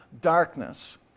Darkness